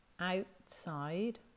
outside